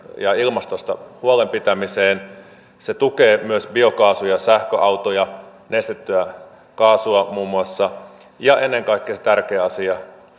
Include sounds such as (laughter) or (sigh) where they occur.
ja ilmastosta huolenpitämiseen se tukee myös biokaasu ja sähköautoja nesteytettyä kaasua muun muassa ja ennen kaikkea se tärkeä asia (unintelligible)